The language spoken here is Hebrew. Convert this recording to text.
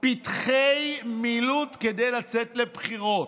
פתחי מילוט כדי לצאת לבחירות.